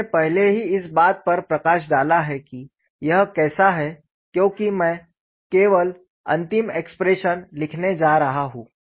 मैंने पहले ही इस बात पर प्रकाश डाला है कि यह कैसा है क्योंकि मैं केवल अंतिम एक्सप्रेशन लिखने जा रहा हूं